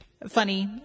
funny